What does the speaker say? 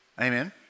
Amen